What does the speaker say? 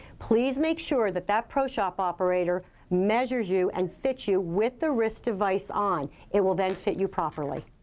please make sure that that pro shop operator measures you and fits you with the wrist device on. it will then fit you properly.